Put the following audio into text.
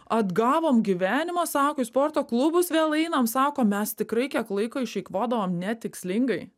atgavom gyvenimą sako į sporto klubus vėl einam sako mes tikrai kiek laiko išeikvodavom netikslingai